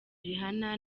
rihanna